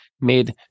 made